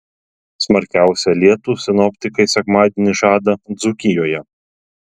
smarkiausią lietų sinoptikai sekmadienį žada dzūkijoje